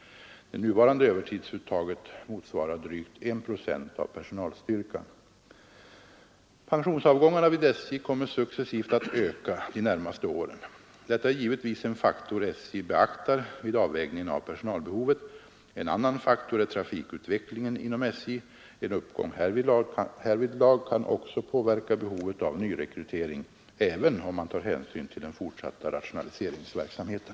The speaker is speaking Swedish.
Det nuvarande övertidsuttaget motsvarar drygt 1 procent av personalstyrkan. Pensionsavgångarna vid SJ kommer successivt att öka de närmaste åren. Detta är givetvis en faktor SJ beaktar vid avvägningen av personalbehovet. En annan faktor är trafikutvecklingen inom SJ. En uppgång härvidlag kan också påverka behovet av nyrekrytering, även om man tar hänsyn till den fortsatta rationaliseringsverksamheten.